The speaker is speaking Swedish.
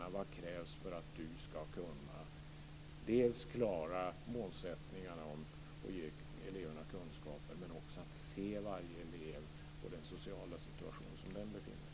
Man måste fråga: Vad krävs för att du ska kunna klara av målsättningarna och ge eleverna kunskaper men också för att du ska kunna se varje elev och den sociala situation som de befinner sig i.